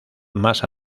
más